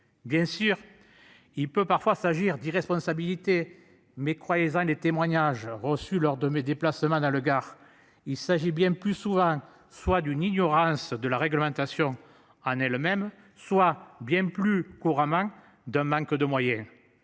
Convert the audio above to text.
Bien sûr il peut parfois s'agir d'irresponsabilité mais croise un des témoignages reçus lors de mes déplacements dans le Gard. Il s'agit bien plus souvent soit d'une ignorance de la réglementation en elle-même, soit bien plus couramment d'un manque de moyens.